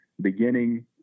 beginning